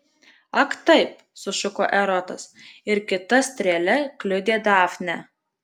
ak taip sušuko erotas ir kita strėle kliudė dafnę